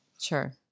Sure